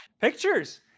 Pictures